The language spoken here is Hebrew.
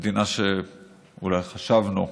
מדינה שאולי חשבנו,